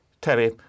Terry